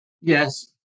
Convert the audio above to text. yes